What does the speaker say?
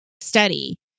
study